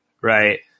Right